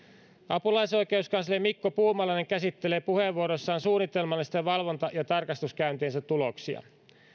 apulaisoikeuskansleri mikko puumalainen käsittelee puheenvuorossaan suunnitelmallisten valvonta ja tarkastuskäyntiensä tuloksia